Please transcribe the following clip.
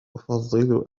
أفضل